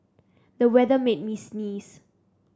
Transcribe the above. the weather made me sneeze